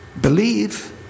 Believe